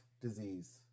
disease